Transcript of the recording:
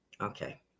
Okay